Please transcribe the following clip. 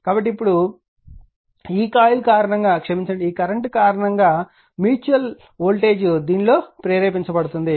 కాబట్టి ఇప్పుడు ఈ కాయిల్ కారణంగా క్షమించండి ఈ కరెంట్ కారణంగా మ్యూచువల్ వోల్టేజ్ దీనిలో ప్రేరేపించబడుతుంది